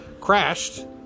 crashed